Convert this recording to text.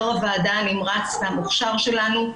יו"ר הוועדה הנמרץ והמוכשר שלנו,